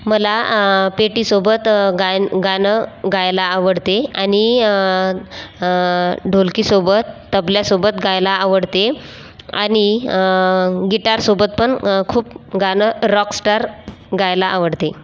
मला पेटीसोबत गायन गाणं गायला आवडते आणि ढोलकीसोबत तबल्यासोबत गायला आवडते आणि गिटारसोबत पण खूप गाणं रॉकस्टार गायला आवडते